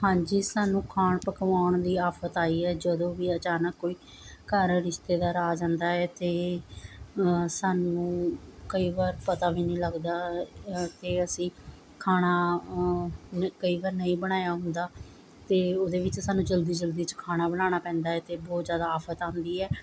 ਹਾਂਜੀ ਸਾਨੂੰ ਖਾਣ ਪਕਵਾਉਣ ਦੀ ਆਫਤ ਆਈ ਹੈ ਜਦੋਂ ਵੀ ਅਚਾਨਕ ਕੋਈ ਘਰ ਰਿਸ਼ਤੇਦਾਰ ਆ ਜਾਂਦਾ ਹੈ ਅਤੇ ਸਾਨੂੰ ਕਈ ਵਾਰ ਪਤਾ ਵੀ ਨਹੀਂ ਲੱਗਦਾ ਕਿ ਅਸੀਂ ਖਾਣਾ ਕਈ ਵਾਰ ਨਹੀਂ ਬਣਾਇਆ ਹੁੰਦਾ ਅਤੇ ਉਹਦੇ ਵਿੱਚ ਸਾਨੂੰ ਜਲਦੀ ਜਲਦੀ 'ਚ ਖਾਣਾ ਬਣਾਉਣਾ ਪੈਂਦਾ ਹੈ ਅਤੇ ਬਹੁਤ ਜ਼ਿਆਦਾ ਆਫਤ ਆਉਂਦੀ ਹੈ